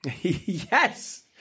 Yes